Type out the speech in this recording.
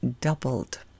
doubled